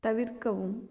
தவிர்க்கவும்